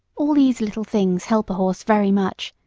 all these little things help a horse very much,